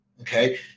Okay